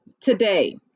today